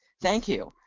thank you,